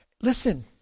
Listen